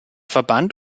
verband